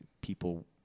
People